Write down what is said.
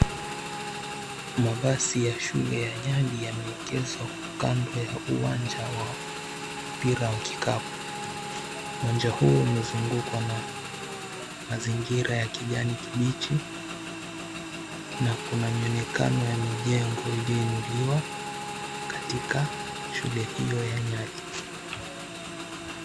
Mabasi ya shule ya nyali yameegezwa kando ya uwanja wa mpira wa kikapu. Uwanja huu umezengukwa na mazingira ya kijani kibichi na kuna mionekano ya mijengo iliyoinuliwa katika shule hiyo ya nyali.